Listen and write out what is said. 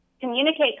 communicate